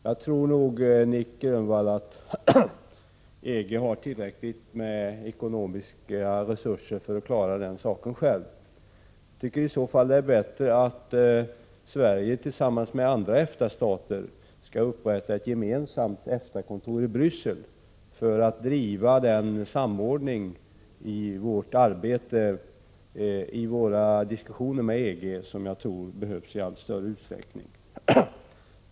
Jag tror, Nic Grönvall, att EG har tillräckligt med ekonomiska resurser för att klara den saken själv. I så fall är det bättre att Sverige tillsammans med andra EFTA-stater upprättar ett gemensamt EFTA-kontor i Bryssel för att driva den samordning i våra diskussioner med EG som jag tror behövs i allt större utsträckning.